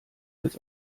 als